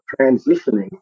transitioning